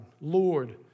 Lord